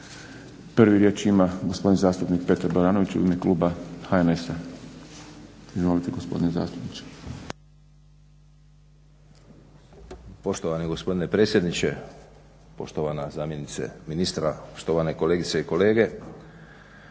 Prvi riječ ima gospodin zastupnik Petar Baranović u ime kluba HNS-a. Izvolite gospodine zastupniče. **Baranović, Petar (HNS)** Poštovani gospodine predsjedniče, poštovana zamjenice ministra, štovane kolegice i kolege.